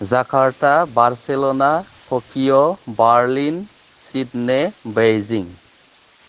Jakarta Barcelona Tokyo Berlin Sydney Beijing